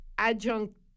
adjunct